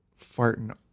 farting